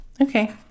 okay